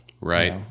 right